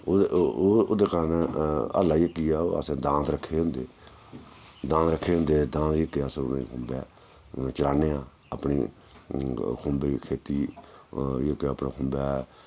ओह् ओह् दकाना हल्ल ऐ जेह्की ओह् असें दांद रक्खे दे होंदे दांद रक्खे दे होंदे दांद जेह्के अस उ'नेंगी खुम्बै चलाने आं अपनी खुम्बे दी खेती जेह्का अपनी खुंबै